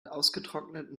ausgetrockneten